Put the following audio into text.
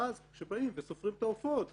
כשבאים וסופרים את העופות ובודקים,